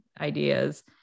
ideas